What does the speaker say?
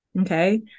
okay